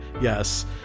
Yes